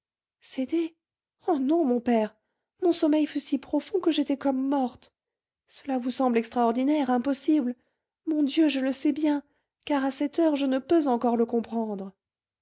cédé cédé oh non mon père mon sommeil fut si profond que j'étais comme morte cela vous semble extraordinaire impossible mon dieu je le sais bien car à cette heure je ne peux encore le comprendre